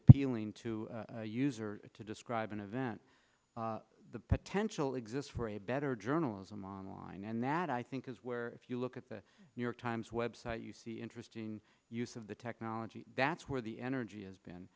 appealing to user to describe an event the potential exists for a better journalism online and that i think is where if you look at the new york times website you see interesting use of the technology that's where the energy has been